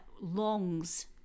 longs